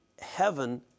heaven